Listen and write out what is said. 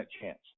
chance